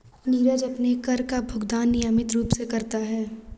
नीरज अपने कर का भुगतान नियमित रूप से करता है